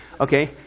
Okay